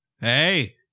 Hey